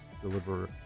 deliver